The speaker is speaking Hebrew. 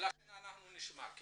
ולכן אנחנו נשמע.